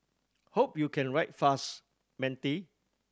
hope you can write fast matey